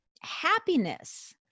Happiness